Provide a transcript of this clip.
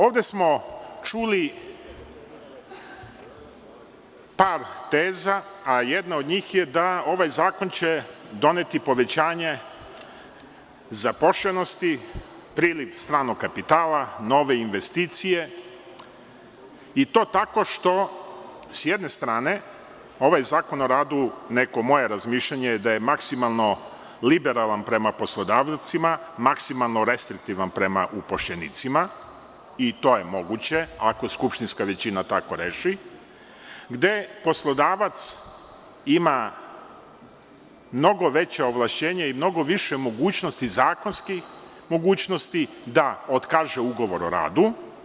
Ovde smo čuli par teza, a jedna od njih je da će ovaj zakon doneti povećanje zaposlenosti, priliv stranog kapitala, nove investicije, i to tako što, s jedne strane, ovaj zakon o radu, to je neko moje razmišljanje, je maksimalno liberalan prema poslodavcima, maksimalno restriktivan prema upošljenicima, i to je moguće ako skupštinska većina tako reši, gde poslodavac ima mnogo veća ovlašćenja i mnogo više zakonskih mogućnosti da otkaže ugovor o radu.